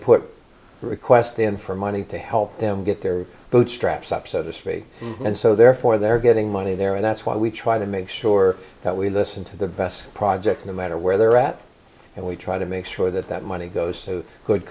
the request in for money to help them get their bootstraps up so to speak and so therefore they're getting money there and that's why we try to make sure that we listen to the best projects no matter where they're at and we try to make sure that that money goes to good